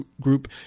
group